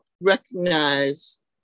recognize